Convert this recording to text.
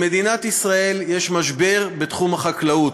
במדינת ישראל יש משבר בתחום החקלאות,